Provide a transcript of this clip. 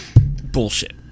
Bullshit